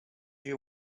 you